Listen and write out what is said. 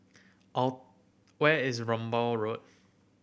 where is Rambai Road